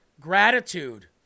Gratitude